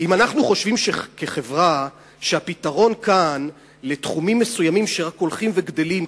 אם אנחנו חושבים כחברה שהפתרון כאן לתחומים מסוימים שרק הולכים וגדלים,